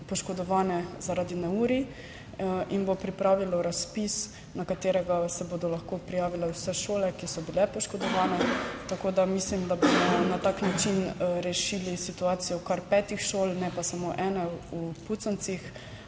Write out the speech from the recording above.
poškodovane zaradi neurij in bo pripravilo razpis, na katerega se bodo lahko prijavile vse šole, ki so bile poškodovane, tako da mislim, da bomo na tak način rešili situacijo kar petih šol, ne pa samo ene v Puconcih.